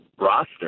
roster